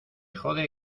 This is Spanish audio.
jode